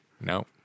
no